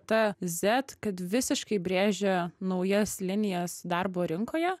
ta zet kad visiškai brėžia naujas linijas darbo rinkoje